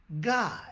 God